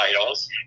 titles